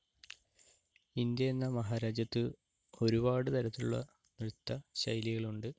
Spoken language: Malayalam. ഇന്ത്യ എന്ന മഹാരാജ്യത്ത് ഒരുപാട് തരത്തിലുള്ള നൃത്തശൈലികളൊണ്ട്